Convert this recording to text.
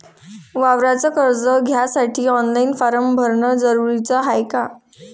वावराच कर्ज घ्यासाठी ऑनलाईन फारम भरन जरुरीच हाय का?